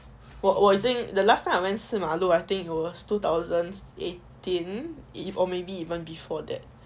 我我已经 the last time I went 四马路 I think it was two thousand eighteen if or maybe even before that